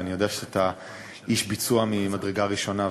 ואני יודע שאתה איש ביצוע ממדרגה ראשונה,